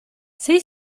sei